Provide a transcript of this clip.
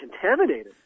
contaminated